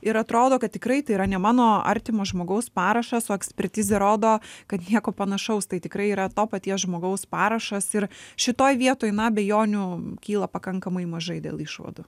ir atrodo kad tikrai tai yra ne mano artimo žmogaus parašas o ekspertizė rodo kad nieko panašaus tai tikrai yra to paties žmogaus parašas ir šitoj vietoj na abejonių kyla pakankamai mažai dėl išvadų